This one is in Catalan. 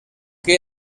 que